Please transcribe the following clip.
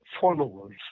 followers